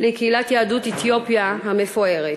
יהדות אתיופיה המפוארת.